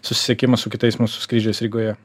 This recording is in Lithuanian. susisiekimą su kitais mūsų skrydžiais rygoje